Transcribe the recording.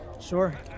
Sure